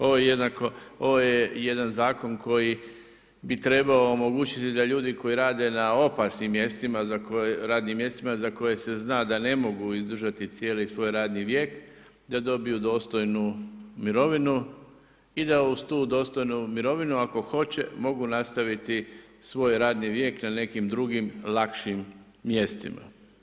Ovo je jedan zakon koji bi trebao omogućiti da ljudi koji rade na opasnim radnim mjestima za koje se zna da ne mogu izdržati cijeli svoj radni vijek da dobiju dostojnu mirovinu i da uz tu dostojnu mirovinu ako hoće, mogu nastaviti svoj radni vijek na nekim drugim lakšim mjestima.